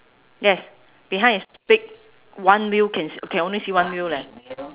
yes behind is big one wheel can can only see one wheel leh